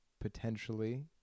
potentially